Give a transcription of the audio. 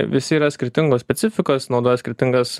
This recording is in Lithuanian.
visi yra skirtingos specifikos naudoja skirtingas